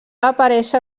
aparèixer